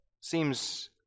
seems